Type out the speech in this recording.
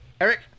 Eric